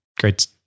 Great